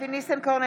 אבי ניסנקורן,